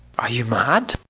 are you mad?